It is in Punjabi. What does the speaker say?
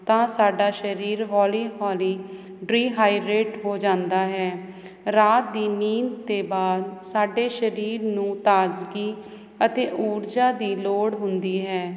ਤਾਂ ਸਾਡਾ ਸਰੀਰ ਹੌਲੀ ਹੌਲੀ ਡ੍ਰੀਹਾਈਡਰੇਟ ਹੋ ਜਾਂਦਾ ਹੈ ਰਾਤ ਦੀ ਨੀਂਦ ਤੇ ਬਾਅਦ ਸਾਡੇ ਸਰੀਰ ਨੂੰ ਤਾਜਗੀ ਅਤੇ ਊਰਜਾ ਦੀ ਲੋੜ ਹੁੰਦੀ ਹੈ